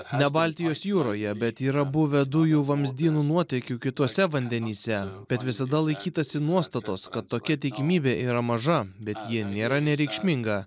ne baltijos jūroje bet yra buvę dujų vamzdynų nuotėkių kituose vandenyse bet visada laikytasi nuostatos kad tokia tikimybė yra maža bet ji nėra nereikšminga